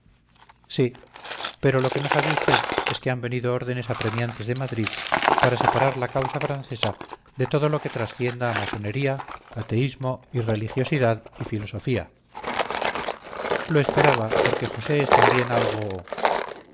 sí pero lo que no sabe usted es que han venido órdenes apremiantes de madrid para separar la causa francesa de todo lo que trascienda a masonería ateísmo irreligiosidad y filosofía lo esperaba porque josé es también algo